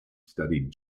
studied